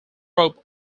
rope